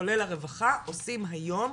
כולל הרווחה, עושים היום.